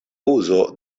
uzo